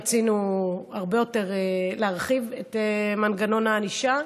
כי רצינו להרחיב הרבה יותר את מנגנון הענישה.